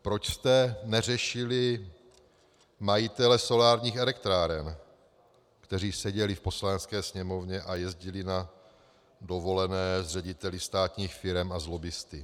Proč jste neřešili majitele solárních elektráren, kteří seděli v Poslanecké sněmovně a jezdili na dovolené s řediteli státních firem a s lobbisty?